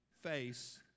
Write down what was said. face